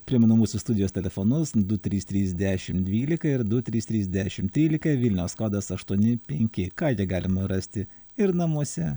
primenu mūsų studijos telefonus du trys trys dešim dvylika ir du trys trys dešim trylika vilniaus kodas aštuoni penki ką gi galima rasti ir namuose